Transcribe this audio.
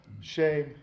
shame